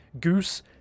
Goose